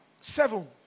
seven